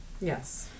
yes